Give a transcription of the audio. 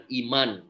iman